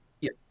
yes